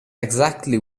exactly